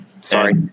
Sorry